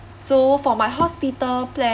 so for my hospital plan